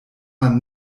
man